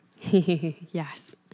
Yes